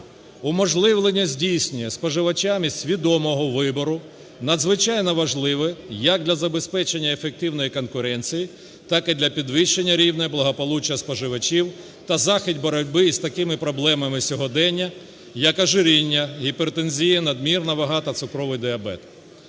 Уможливлення здійснює споживачами свідомого вибору, надзвичайно важливе як для забезпечення ефективної конкуренції, так і для підвищення рівня благополуччя споживачів та захід боротьби з такими проблемами сьогодення як ожиріння, гіпертензія, надмірна вага та цукровий діабет.